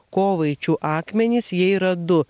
kovaičių akmenys jie yra du